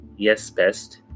Yesbest